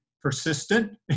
persistent